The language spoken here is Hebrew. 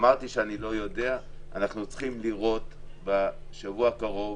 אמרתי שאני לא יודע ואנחנו צריכים לראות בשבוע הקרוב